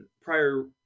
prior